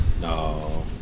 no